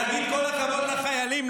להגיד כל הכבוד לחיילים,